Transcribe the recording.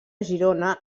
girona